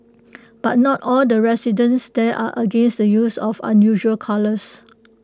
but not all the residents there are against the use of unusual colours